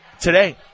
today